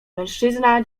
mężczyzna